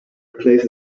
replace